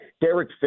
Derek